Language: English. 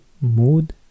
Mood